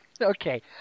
Okay